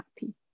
happy